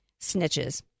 snitches